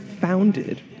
founded